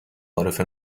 عارف